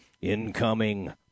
incoming